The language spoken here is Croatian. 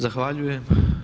Zahvaljujem.